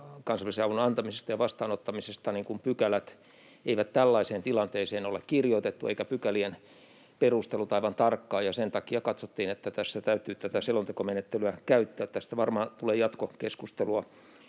kansallisen avun antamisesta ja vastaanottamisesta pykälät ja niiden perustelut eivät ole kirjoitettuja aivan tarkalleen tällaiseen tilanteeseen, ja sen takia katsottiin, että tässä täytyy tätä selontekomenettelyä käyttää. Tästä varmaan tulee jatkokeskustelua,